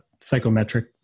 psychometric